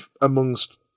amongst